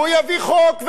הוא יביא חוק,